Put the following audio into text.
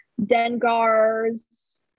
Dengar's